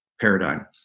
paradigm